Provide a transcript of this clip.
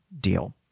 deal